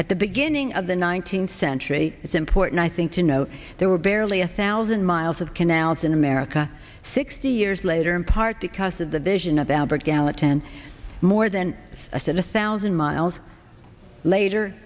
at the beginning of the nineteenth century it's important i think to know there were barely a thousand miles of canals in america sixty years later in part because of the vision of albert gallop ten more than a said a thousand miles later